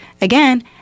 Again